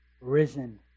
risen